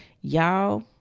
Y'all